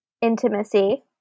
intimacy